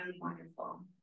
wonderful